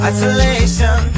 Isolation